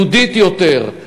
יהודית יותר,